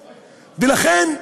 ולכן,